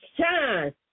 shine